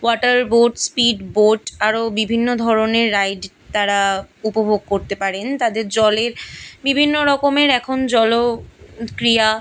water boat speed boat আরও বিভিন্ন ধরনের রাইড তারা উপভোগ করতে পারেন তাদের জলের বিভিন্ন রকমের এখন জলক্রীড়া